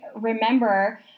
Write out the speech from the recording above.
remember